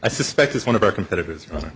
i suspect is one of our competitors on